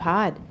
Pod